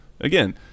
again